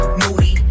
moody